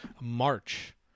March